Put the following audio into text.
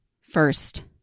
first